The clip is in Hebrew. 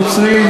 נוצרים,